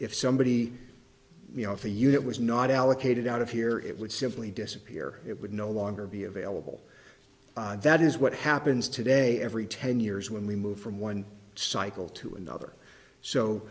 if somebody you know if the unit was not allocated out of here it would simply disappear it would no longer be available that is what happens today every ten years when we move from one cycle to another so